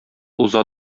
уза